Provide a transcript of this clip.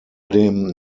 dem